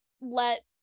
let